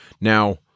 Now